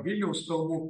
vilniaus kalvų